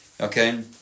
Okay